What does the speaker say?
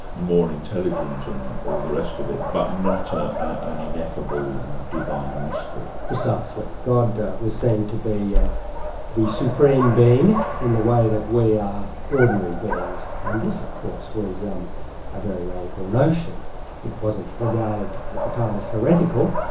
more intelligent and all the rest of it, but not ah an an ineffable, divine mystery? precisely. god god was seen to be yeah the supreme being in the way that we are ordinary beings, and this of course was um a very radical notion it wasn't regarded at the time as heretical,